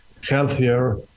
healthier